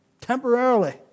temporarily